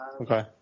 Okay